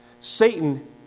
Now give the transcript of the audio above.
Satan